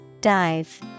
Dive